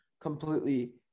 completely